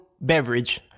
beverage